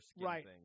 right